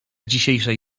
dzisiejszej